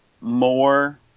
more